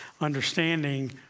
understanding